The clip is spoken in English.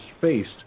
faced